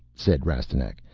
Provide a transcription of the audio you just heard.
said rastignac,